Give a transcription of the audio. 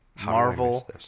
marvel